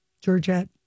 Georgette